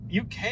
UK